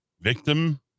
victim